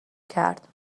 کرد